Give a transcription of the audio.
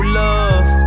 love